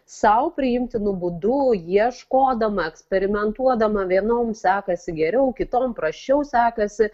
sau priimtinu būdu ieškodama eksperimentuodama vienoms sekasi geriau kitom prasčiau sekasi